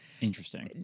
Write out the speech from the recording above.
interesting